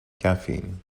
caffeine